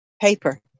paper